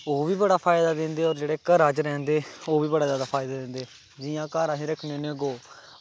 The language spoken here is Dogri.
ओह् बी बड़ा फायदा दिंदे होर जेह्ड़े घरा च रैंह्दे ओह् बी बड़ा जादा फायदा दिंदे जियां घर असीं रक्खने होन्ने गौ